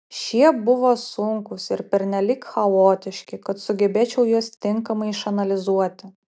šie buvo sunkūs ir pernelyg chaotiški kad sugebėčiau juos tinkamai išanalizuoti